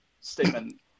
statement